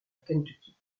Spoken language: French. kentucky